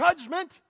judgment